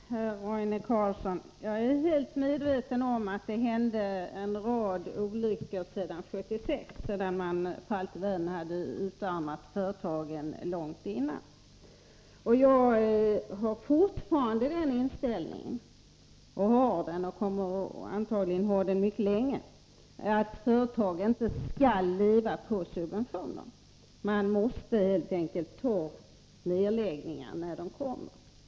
Herr talman! Jo då, herr Roine Carlsson, jag är helt medveten om att det hände en rad olyckor efter 1976, eftersom man hade utarmat företagen långt tidigare. Jag har fortfarande den inställningen, och kommer antagligen att ha den mycket länge, att företag inte skall leva på subventioner. Man måste helt enkelt acceptera nedläggningar när de kommer.